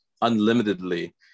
unlimitedly